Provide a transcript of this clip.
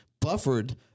Buffered